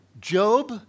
Job